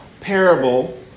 parable